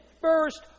First